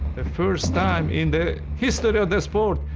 the first time in the history of the sport,